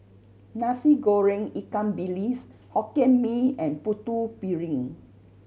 Nasi Goreng ikan bilis Hokkien Mee and Putu Piring